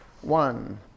One